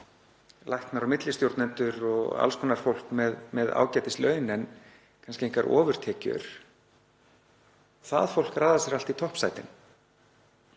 læknar og millistjórnendur og alls konar fólk með ágætislaun en kannski engar ofurtekjur. Það fólk raðar sér allt í toppsætin